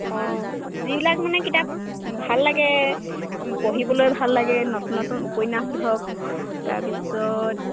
অঁ যিবিলাক মানে কিতাপ ভাল লাগে পঢ়িবলৈ ভাল লাগে নতুন নতুন উপন্যাস ধৰক তাৰ পিছত